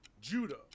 judo